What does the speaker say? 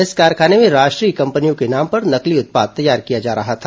इस कारखाने में राष्ट्रीय कंपनियों के नाम पर नकली उत्पाद तैयार किया जा रहा था